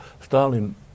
Stalin